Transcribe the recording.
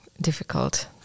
difficult